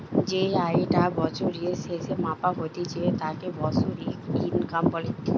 যেই আয়ি টা বছরের স্যাসে মাপা হতিছে তাকে বাৎসরিক ইনকাম বলে